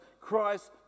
Christ